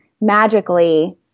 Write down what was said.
magically